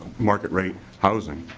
market rate housing.